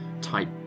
type